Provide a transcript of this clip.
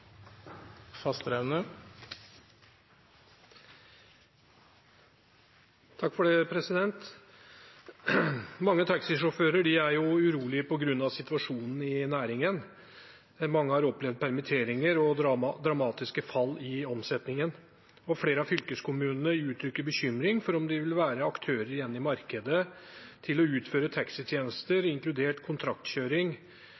situasjonen i næringen. Mange har opplevd permitteringer og dramatiske fall i omsetningen. Flere av fylkeskommunene uttrykker bekymring for om det vil være aktører igjen i markedet til å utføre